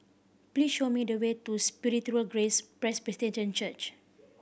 please show me the way to Spiritual Grace Presbyterian Church